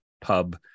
pub